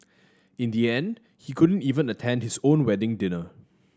in the end he couldn't even attend his own wedding dinner